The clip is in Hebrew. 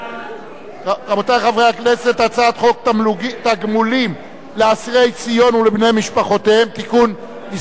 הצעת חוק תגמולים לאסירי ציון ולבני-משפחותיהם (תיקון מס'